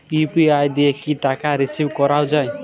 UPI দিয়ে কি টাকা রিসিভ করাও য়ায়?